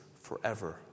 forever